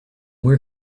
where